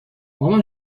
مامان